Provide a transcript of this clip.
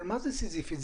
אבל מה זה סיזיפית?